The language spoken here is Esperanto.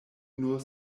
nur